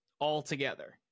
altogether